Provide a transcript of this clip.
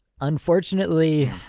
unfortunately